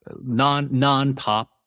non-non-pop